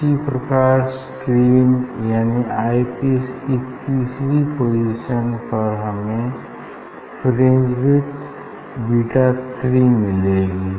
इसी प्रकार स्क्रीन यानि आई पीस की तीसरी पोजीशन पर हमें फ्रिंज विड्थ बीटा थ्री मिलेगी